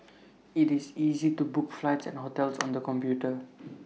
IT is easy to book flights and hotels on the computer